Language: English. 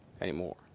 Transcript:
anymore